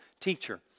teacher